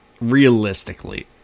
Realistically